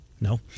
no